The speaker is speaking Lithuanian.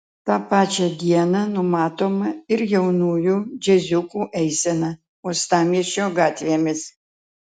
tą pačią dieną numatoma ir jaunųjų džiaziukų eisena uostamiesčio gatvėmis